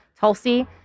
Tulsi